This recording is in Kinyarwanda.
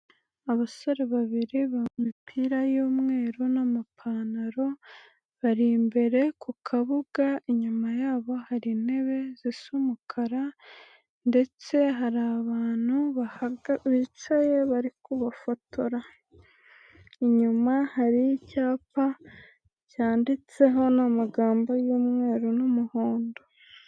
Abasore babiri bambaye imipira y'umweru n'amapantaro bari imbere ku kabuga; inyuma yabo hari intebe zisa umukara, ndetse hari abantu bicaye bari kubafotora, inyuma hari icyapa cyanditseho n'amagambo y'umweru n'umuhondo.